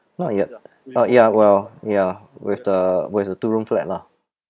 not yet but ya well ya with the is a two room flat lah